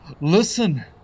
Listen